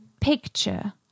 picture